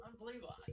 unbelievable